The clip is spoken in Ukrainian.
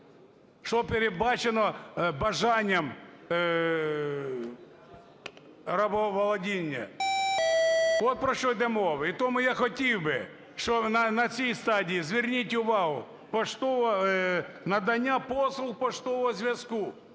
Що передбачено бажанням рабоволодіння. От про що йде мова. І тому я хотів би, щоб на цій стадії, зверніть увагу, надання послуг поштового зв'язку.